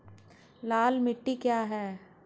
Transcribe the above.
लाल मिट्टी क्या है?